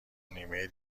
نیمه